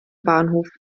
bahnhof